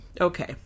Okay